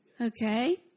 Okay